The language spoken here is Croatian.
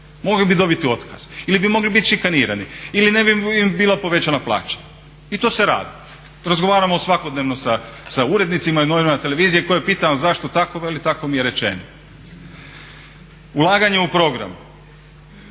Mogli bi dobiti otkaz ili bi mogli biti šikanirani. Ili im ne bi bila povećana plaća. I to se radi, razgovaramo svakodnevno sa urednicima i novinarima na televiziji koje pitamo zašto tako, a veli tako mi je rečeno. Ulaganje u program,